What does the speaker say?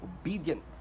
obedient